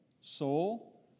soul